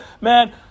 man